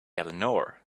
eleanor